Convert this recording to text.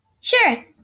Sure